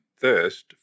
thirst